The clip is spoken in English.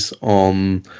on